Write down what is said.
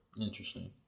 interesting